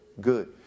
Good